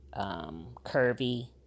curvy